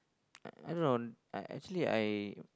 I I don't know I actually I